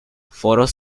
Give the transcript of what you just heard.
foros